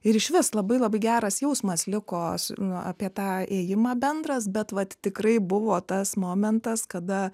ir išvis labai labai geras jausmas liko nu apie tą ėjimą bendras bet vat tikrai buvo tas momentas kada